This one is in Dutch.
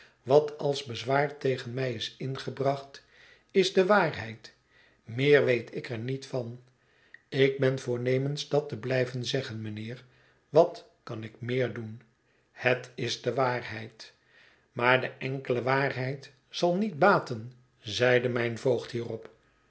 wat als bezwaar tegen mij is ingebracht is de waarheid meer weet ik er niet van ik ben voornemens dat te blijven zeggen mijnheer wat kan ik meer doen het is de waarheid maar de enkele waarheid zal niet baten zeide mijn voogd hierop